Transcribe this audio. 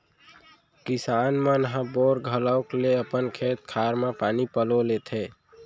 किसान मन ह बोर घलौक ले अपन खेत खार म पानी ले लेथें